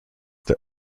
that